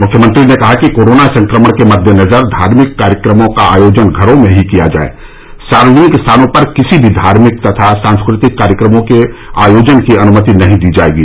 मुख्यमंत्री ने कहा कि कोरोना संक्रमण के मद्देनजर धार्मिक कार्यक्रमों का आयोजन घरों में ही किया जाये सार्वजनिक स्थानों पर किसी भी धार्मिक तथा सांस्कृतिक कार्यक्रमों के आयोजन की अनुमति नहीं दी जायेगी